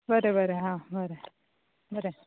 बरें बरें हां बरें बरें